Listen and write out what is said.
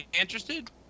interested